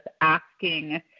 asking